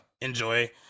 enjoy